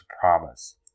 promise